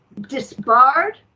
disbarred